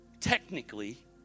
technically